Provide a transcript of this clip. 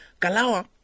Kalawa